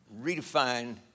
redefine